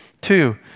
Two